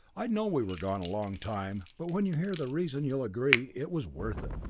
i know we were gone a long time but when you hear the reason you'll agree it was worth it.